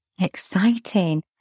Exciting